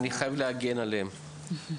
אני חייב להגן עליהם.